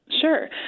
Sure